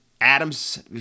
Adams